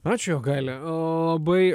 ačiū jogaile labai